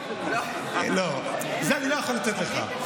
את זה אני לא יכול לתת לך.